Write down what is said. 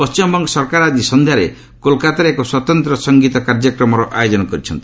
ପଶ୍ଚିମବଙ୍ଗ ସରକାର ଆଜି ସଂଧ୍ୟାରେ କୋଲକାତାରେ ଏକ ସ୍ପତନ୍ତ୍ର ସଙ୍ଗୀତ କାର୍ଯ୍ୟକ୍ରମର ଆୟୋଜନ କରିଛନ୍ତି